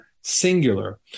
singular